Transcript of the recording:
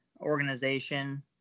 organization